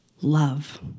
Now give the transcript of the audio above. Love